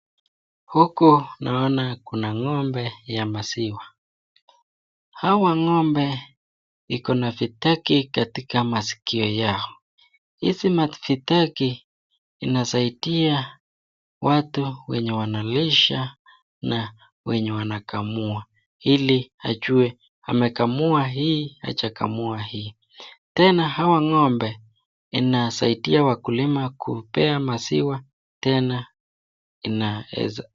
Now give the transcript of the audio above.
Huku naona kuna ng'ombe ya maziwa, hawa ng'ombe ikona vitagi katika masikio yao. Hizi mavitagi inasaidia watu wenye wanalisha na wenye wanakamua, ili ajue amekamua hii, hajakamua hii. Tena hawa ng'ombe inasaidia wakulima kupea maziwa tena inaeza.